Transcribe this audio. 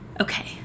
Okay